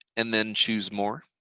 and then choose more.